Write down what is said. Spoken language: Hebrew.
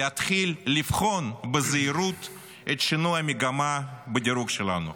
להתחיל לבחון בזהירות את שינוי המגמה בדירוג שלנו.